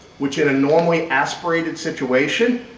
which. in a normally aspirated situation,